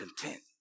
content